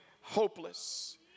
hopeless